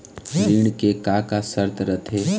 ऋण के का का शर्त रथे?